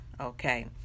Okay